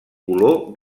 color